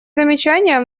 замечания